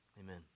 amen